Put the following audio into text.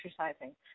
exercising